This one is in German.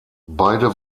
beide